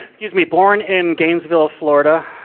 excuse me. born in gainesville, florida.